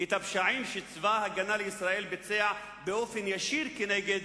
את הפשעים שצבא-הגנה לישראל ביצע באופן ישיר נגד